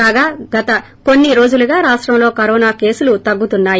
కాగా గత కొన్ని రోజులుగారాష్టంలో కరోనా కేసులు తగ్గుతున్నాయి